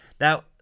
Now